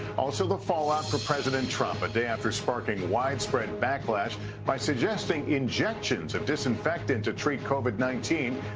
also, the fallout for president trump. a day after sparking widespread backlash by suggesting injections of disinfectant to treat covid nineteen.